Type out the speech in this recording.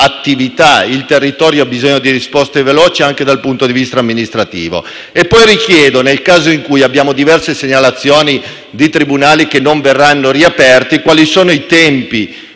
il territorio ha bisogno di risposte veloci anche dal punto di vista amministrativo. Poiché poi abbiamo diverse segnalazioni di tribunali che non verranno riaperti, chiedo quali sono i tempi